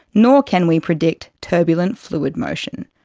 nor can we predict turbulent fluid motion.